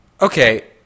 Okay